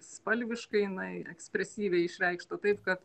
spalviškai jinai ekspresyviai išreikšta taip kad